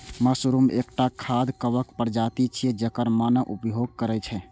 mushroom एकटा खाद्य कवक प्रजाति छियै, जेकर मानव उपभोग करै छै